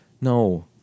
No